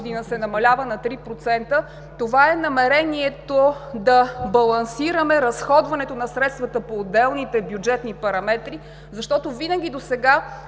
се намалява на 3%, това е намерението да балансираме разходването на средствата по отделните бюджетни параметри, защото винаги досега